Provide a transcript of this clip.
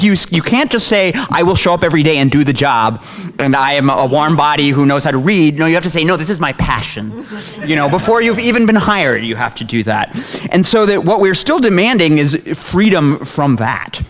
do you say you can't just say i will show up every day and do the job and i am a warm body who knows how to read no you have to say no this is my passion you know before you've even been hired you have to do that and so that what we're still demanding is freedom from